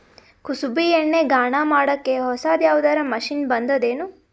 ಕುಸುಬಿ ಎಣ್ಣೆ ಗಾಣಾ ಮಾಡಕ್ಕೆ ಹೊಸಾದ ಯಾವುದರ ಮಷಿನ್ ಬಂದದೆನು?